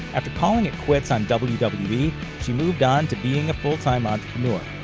after calling it quits on she moved on to being a full-time entrepreneur.